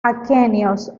aquenios